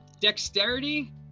dexterity